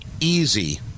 easy